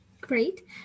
great